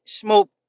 smoke